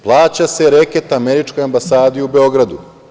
Plaća se reket američkoj ambasadi u Beogradu.